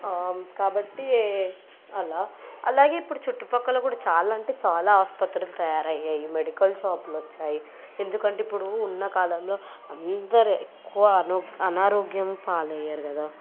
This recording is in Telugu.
కాబట్టి అలా అలాగే ఇప్పుడు చుట్టు ప్రక్కల కూడా చాలా అంటే చాలా ఆసుపత్రులు తయారయ్యాయి మెడికల్ షాపులు వచ్చాయి ఎందుకంటే ఇప్పుడు ఉన్న కాలంలో అందరూ ఎక్కువ అన అనారోగ్యం పాలయ్యారు కదా